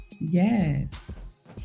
yes